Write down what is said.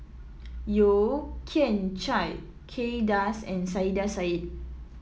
Yeo Kian Chai Kay Das and Saiedah Said